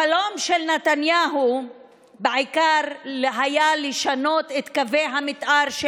החלום של נתניהו היה בעיקר לשנות את קווי המתאר של